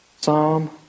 Psalm